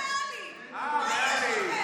אבל 30 זה ריאלי.